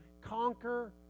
conquer